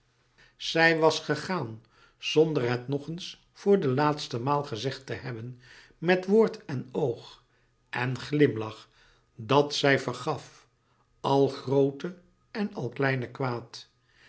zij was gegaan zonder het nog eens voor de laatste maal gezegd te hebben met woord en oog en glimlach dat zij vergaf al groote en al kleine kwaad